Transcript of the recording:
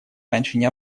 раньше